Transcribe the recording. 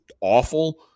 awful